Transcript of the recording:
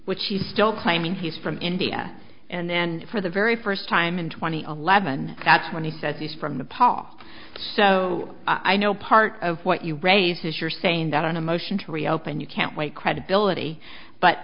which he still claiming he's from india and then for the very first time in twenty eleven that's when he says he's from the paul so i know part of what you raise is you're saying that on a motion to reopen you can't wait credibility but